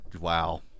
wow